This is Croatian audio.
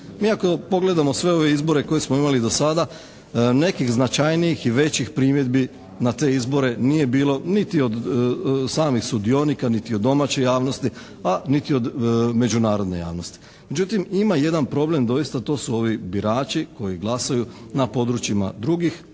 Mi ako pogledamo sve ove izbore koje smo imali do sada, nekih značajnijih i većih primjedbi na te izbore nije bilo niti od samih sudionika, niti od domaće javnosti, a niti od međunarodne javnosti. Međutim, ima jedan problem doista a to su ovi birači koji glasuju na područjima drugih